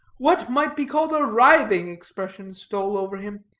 what might be called a writhing expression stole over him.